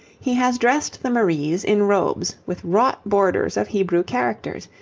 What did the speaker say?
he has dressed the maries in robes with wrought borders of hebrew characters,